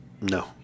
No